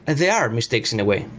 and they are mistakes in a way,